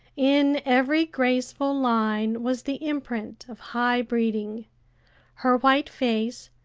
in every graceful line was the imprint of high breeding her white face,